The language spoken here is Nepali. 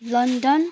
लन्डन